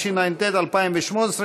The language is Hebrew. התשע"ט 2018,